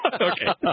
Okay